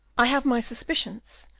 i have my suspicions,